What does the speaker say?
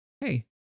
hey